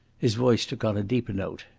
his voice took on a deeper note.